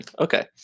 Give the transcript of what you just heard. Okay